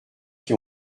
qui